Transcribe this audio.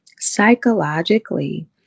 psychologically